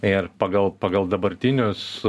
ir pagal pagal dabartinius